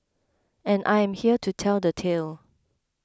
and I am here to tell the tale